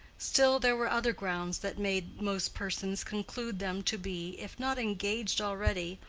still there were other grounds that made most persons conclude them to be, if not engaged already,